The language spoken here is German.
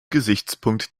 gesichtspunkt